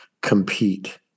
compete